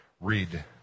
read